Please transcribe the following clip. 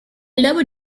lower